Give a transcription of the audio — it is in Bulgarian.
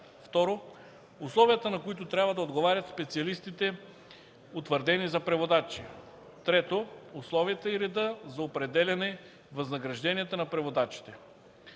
2. условията, на които трябва да отговарят специалистите, утвърдени за преводачи; 3. условията и реда за определяне възнагражденията на преводачите.”